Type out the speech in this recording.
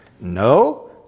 No